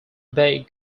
bay